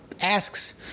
asks